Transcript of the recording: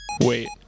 Wait